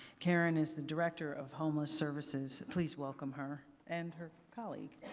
karen is the director of homeless services. please welcome her and her colleague.